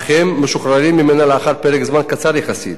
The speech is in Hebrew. אך הם משוחררים ממנה לאחר פרק זמן קצר יחסית,